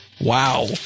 Wow